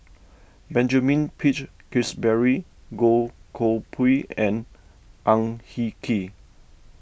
Benjamin Peach Keasberry Goh Koh Pui and Ang Hin Kee